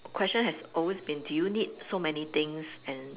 question has always been do you need so many things and